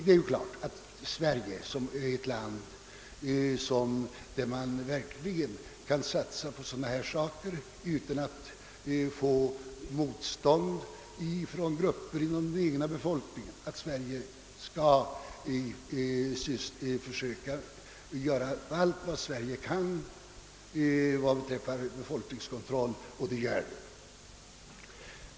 Det är klart att Sverige, som är ett land som kan satsa på sådana åtgärder utan att möta motstånd från grupper inom den egna befolkningen, skall göra allt det kan i fråga om födelsekontroll, och det gör vi.